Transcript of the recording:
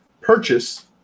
purchase